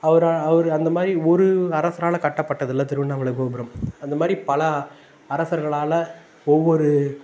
அவரா அவரு அந்த மாதிரி ஒரு ஒரு அரசாரல கட்டப்பட்டதில்லை திருவண்ணாமலை கோபுரம் அந்த மாதிரி பல அரசர்களால் ஒவ்வொரு